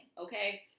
okay